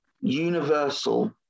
universal